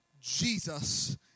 Jesus